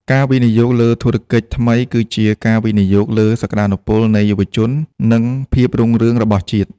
ការវិនិយោគលើធុរកិច្ចថ្មីគឺជាការវិនិយោគលើសក្ដានុពលនៃយុវជន និងភាពរុងរឿងរបស់ជាតិ។